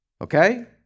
Okay